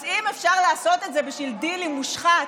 אז אם אפשר לעשות את זה בשביל דיל עם מושחת,